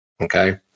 Okay